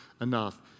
enough